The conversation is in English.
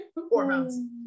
hormones